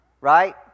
Right